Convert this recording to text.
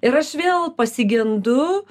ir aš vėl pasigendu